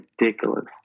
ridiculous